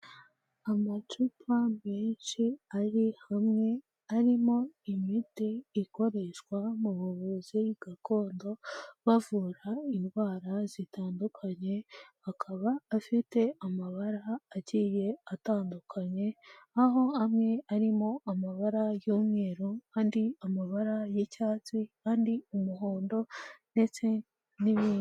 Amacupa menshi ari hamwe arimo imiti ikoreshwa mu buvuzi gakondo, bavura indwara zitandukanye, akaba afite amabara agiye atandukanye, aho amwe arimo amabara y'umweru, andi amabara y'icyatsi, andi umuhondo ndetse n'ibindi.